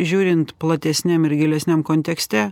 žiūrint platesniam ir gilesniam kontekste